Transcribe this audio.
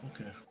Okay